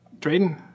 Drayden